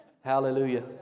hallelujah